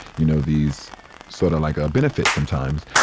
you know, these sorta like ah benefits sometimes.